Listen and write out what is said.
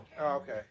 okay